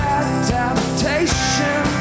adaptation